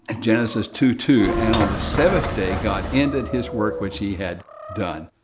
genesis two two. and on the seventh day god ended his work which he had done.